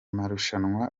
marushanwa